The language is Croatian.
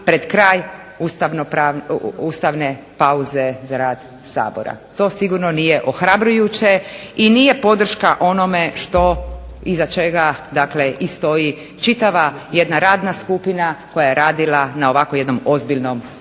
pred kraj ustane pauze za rad SAbora. To sigurno nije ohrabrujuće i nije podrška onome što i iza čega stoji jedna čitava radna skupina koja je radila na ovakvom jednom ozbiljnom projektu.